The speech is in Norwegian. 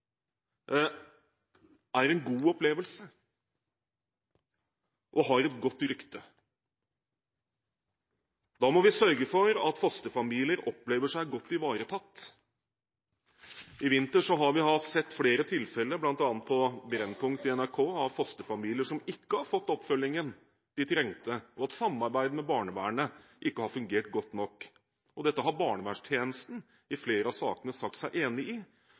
er en god opplevelse og har et godt rykte. Da må vi sørge for at fosterfamilier opplever seg godt ivaretatt. I vinter har vi sett flere tilfeller, bl.a. i Brennpunkt på NRK, av fosterfamilier som ikke har fått den oppfølgingen de trengte, og der samarbeidet med barnevernet ikke har fungert godt nok. Dette har barnevernstjenesten i flere av sakene sagt seg enig i,